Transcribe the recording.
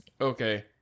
Okay